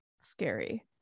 scary